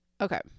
okay